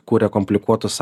kuria komplikuotus